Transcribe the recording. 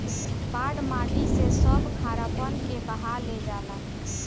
बाढ़ माटी से सब खारापन के बहा ले जाता